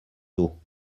tôt